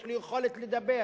יש לו יכולת לדבר,